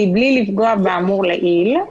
מבלי לפגוע באמור לעיל,